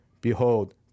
Behold